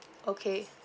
okay